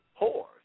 whores